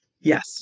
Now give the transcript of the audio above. Yes